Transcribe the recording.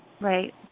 Right